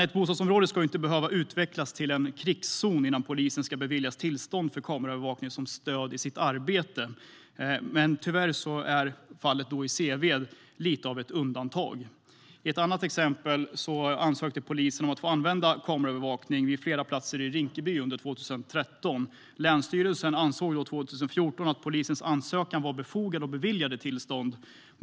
Ett bostadsområde ska inte behöva utvecklas till en krigszon innan polisen beviljas tillstånd för kameraövervakning som stöd i sitt arbete. Tyvärr är fallet i Seved lite av ett undantag. I ett annat exempel ansökte polisen om att få använda kameraövervakning på ett flertal platser i Rinkeby under 2013. Länsstyrelsen ansåg 2014 att polisens ansökan var befogad och beviljade tillstånd.